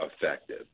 effective